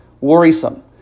worrisome